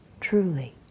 truly